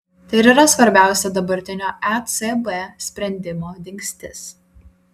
tai ir yra svarbiausia dabartinio ecb sprendimo dingstis